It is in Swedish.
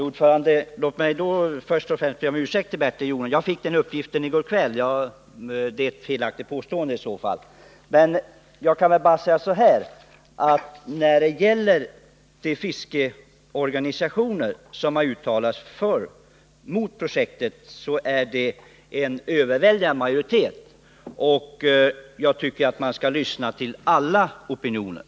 Herr talman! Låt mig då först och främst be Bertil Jonasson om ursäkt. Jag fick uppgiften i går kväll, men det var tydligen ett felaktigt påstående. Jag kan då säga att en överväldigande majoritet av de fiskeorganisationer som har uttalat sig är emot projektet. Jag tycker att man skall lyssna till alla opinioner.